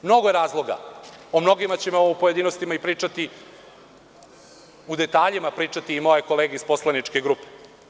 Mnogo je razloga, o mnogima ćemo u pojedinostima i pričati, u detaljima pričati i moje kolege iz poslaničke grupe.